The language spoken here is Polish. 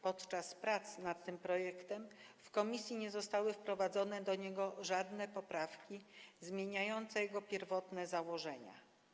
Podczas prac nad tym projektem w komisji nie zostały wprowadzone do niego żadne poprawki zmieniające jego pierwotne założenia.